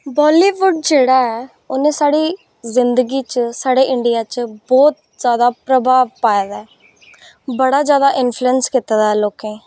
बॉलीवुड जेह्ड़ा ऐ उन्ने साढ़ी जिंदगी च साढ़े इंडिया च बहुत जैदा प्रभाव पाए दा ऐ बड़ा जैदा इनफ्लुएंस कीते दा लोकें ई